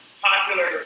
popular